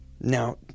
now